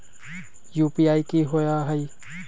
UPI कि होअ हई?